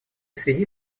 связи